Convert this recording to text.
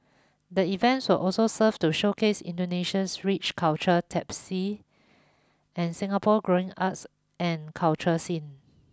the event will also serve to showcase Indonesia's rich cultural tapestry and Singapore growing arts and culture scene